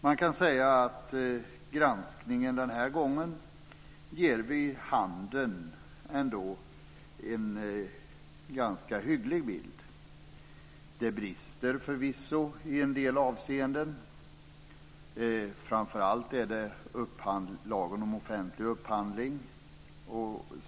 Man kan säga att granskningen den här gången ändå ger en ganska hygglig bild vid handen. Förvisso brister det i en del avseenden. Framför allt rör sig bristerna kring lagen om offentlig upphandling.